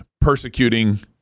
persecuting